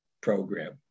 program